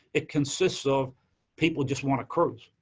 it consists of people just want to cruise.